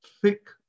thick